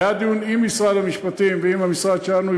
היה דיון עם משרד המשפטים ועם המשרד שלנו,